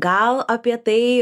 gal apie tai